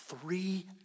three